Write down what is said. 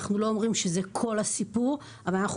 אנחנו לא אומרים שזה כל הסיפור אבל אנחנו